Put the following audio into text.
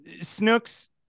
snooks